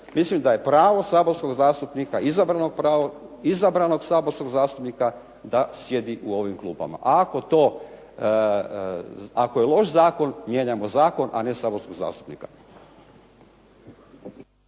Mislim da je pravo saborskog zastupnika, izabranog saborskog zastupnika da sjedi u ovim klupama. A ako to, ako je loš zakon mijenjamo zakon a ne saborskog zastupnika.